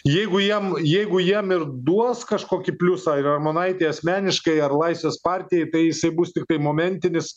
jeigu jiem jeigu jiem ir duos kažkokį pliusą ir armonaitei asmeniškai ar laisvės partijai tai jisai bus tiktai momentinis